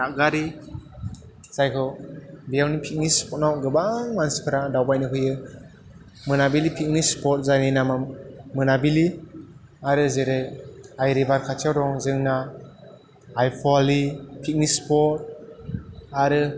दादगारि जायगायाव बेयावनो फिकनिक सिफर्थआवनो गोबां मानसिफ्रा दावबायनो फैयो मोनाबिलि फिकनिक सिफर्थ जायनि नामा मोनाबिलि आरो जेरै आइ रिभार खाथियाव दं जोंना आइ फ'वालि फिकनिक सिफर्थ आरो